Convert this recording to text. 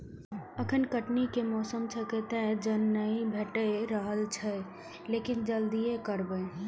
एखन कटनी के मौसम छैक, तें जन नहि भेटि रहल छैक, लेकिन जल्दिए करबै